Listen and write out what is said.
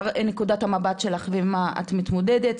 נקודת המבט שלך ועם מה את מתמודדת.